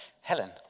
Helen